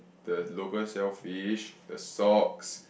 the local shell fish the socks